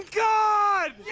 god